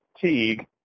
Teague